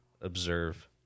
observe